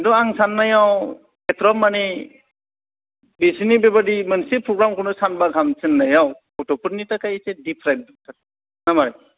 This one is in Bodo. खिन्थु आं साननायाव इथग्राब मानि बिसोरनि बेबायदि मोनसे प्रग्रामखौनो सानबा गाहाम थिननायाव गथ'फोरनि थाखाय एसे डिसक्राइब सार ना मा